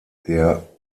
der